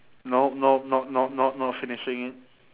no no not not not not finishing it